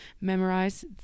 memorize